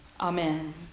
Amen